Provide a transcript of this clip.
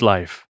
Life